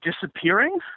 disappearing